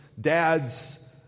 dad's